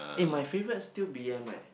eh my favorite still B_M eh